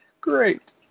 Great